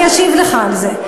אני אשיב לך על זה.